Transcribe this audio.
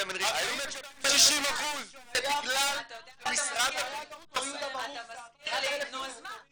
יכלו לקבל שמן -- זה בגלל שמשרד הבריאות -- נו אז מה,